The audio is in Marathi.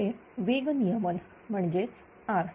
पुढे वेग नियमन म्हणजेच R